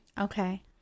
okay